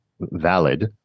valid